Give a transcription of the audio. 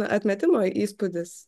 atmetimo įspūdis